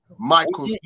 Michael